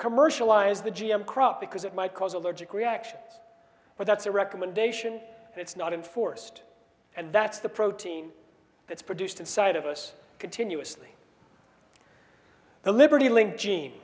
commercialize the g m crop because it might cause allergic reactions but that's a recommendation that's not enforced and that's the protein that's produced inside of us continuously the liberty link je